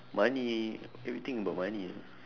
money everything about money